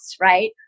Right